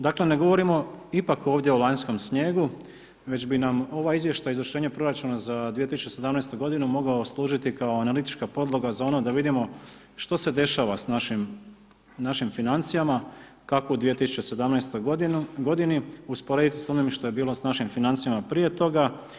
Dakle, ne govorimo ipak ovdje o lanjskom snijegu, već bi nam ovaj izvještaj i izvršenje proračuna za 2017. g. mogao služiti kao analitička podloga, za ono da vidimo što se dešava sa našim financijama i tako 2017. g. usporediti s onim što je bilo s našim financijama prije toga.